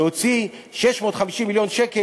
להוציא 650 מיליון שקל?